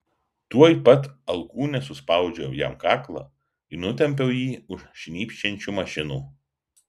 tuoj pat alkūne suspaudžiau jam kaklą ir nutempiau jį už šnypščiančių mašinų